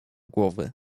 głowy